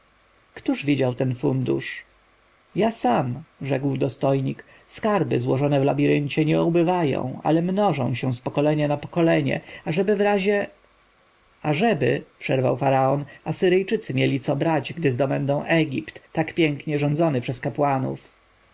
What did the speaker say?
któż widział ten fundusz ja sam rzekł dostojnik skarby złożone w labiryncie nie ubywają ale mnożą się z pokolenia na pokolenie ażeby w razie ażeby przerwał faraon asyryjczycy mieli co brać gdy zdobędą egipt tak pięknie rządzony przez kapłanów